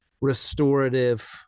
restorative